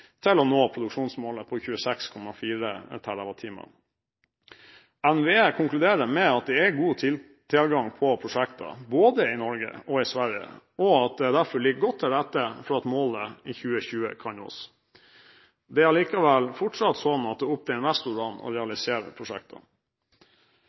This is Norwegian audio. til å nå produksjonsmålet på 26,4 TWh. NVE konkluderer med at det er god tilgang på prosjekter i både Norge og Sverige, og at det derfor ligger godt til rette for at målet i 2020 kan nås. Det er allikevel fortsatt sånn at det er opp til investorene å